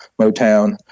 motown